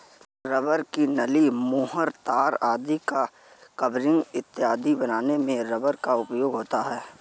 rubber की नली, मुहर, तार आदि का कवरिंग इत्यादि बनाने में रबर का उपयोग होता है